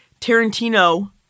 Tarantino